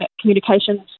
Communications